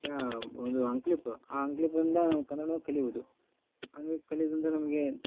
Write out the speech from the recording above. ಚಾ ಒಂದು ಅಂಕ್ಲಿಪಿ ಆ ಅಂಕ್ಲಿಪಿಂದ ನಾವು ಕನ್ನಡವನ್ನು ಕಲಿಬೋದು ಹಂಗಾಗಿ ಕಲಿಯುದರಿಂದ ನಮಗೆ